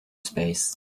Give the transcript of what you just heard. space